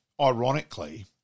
ironically